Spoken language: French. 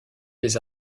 des